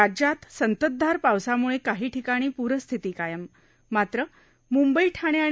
राज्यात संततधार पावसाम्ळे काही ठिकाणी प्रस्थिती कायम मात्र मूंबई ठाणे आणि